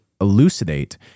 elucidate